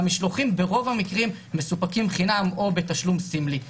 והמשלוחים ברוב המקרים מסופקים חינם או בתשלום סמלי.